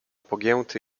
pogięty